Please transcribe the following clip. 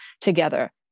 together